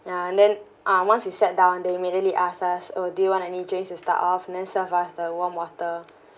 ya and then ah once you sat down the immediately ask us oh do you want any drinks to start off and then served us the warm water